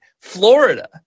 Florida